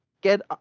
get